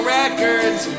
records